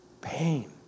Pain